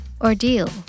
Ordeal